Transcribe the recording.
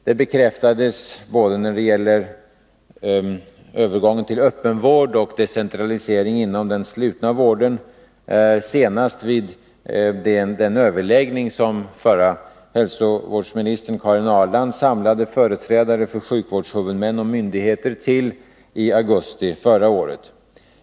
Det bekräftades, både när det gäller övergången till öppenvård och decentralisering inom den slutna vården, senast när förra hälsovårdsministern Karin Ahrland samlade företrädare för sjukvårdshuvudmän och myndigheter till överläggning i augusti förra året.